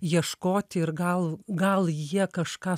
ieškoti ir gal gal jie kažką